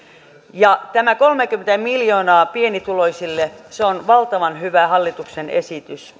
ja tämä kolmekymmentä miljoonaa pienituloisille on valtavan hyvä hallituksen esitys